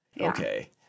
Okay